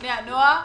ארגוני הנוער.